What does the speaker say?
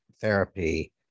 therapy